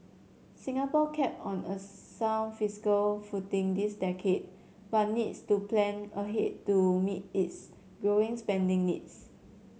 Singapore kept on a sound fiscal footing this decade but needs to plan ahead to meet its growing spending needs